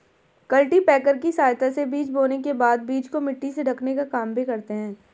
cultipacker की सहायता से बीज बोने के बाद बीज को मिट्टी से ढकने का काम भी करते है